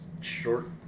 short –